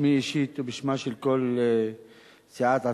בשמי אישית ובשמה של כל סיעת העצמאות,